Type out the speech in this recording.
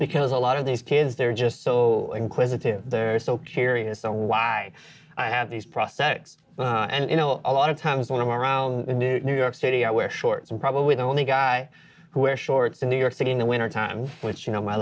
because a lot of these kids they're just so inquisitive they're so curious why i have these prosthetics and you know a lot of times when i'm around new york city i wear shorts and probably the only guy who wear shorts in new york city in the wintertime which you know my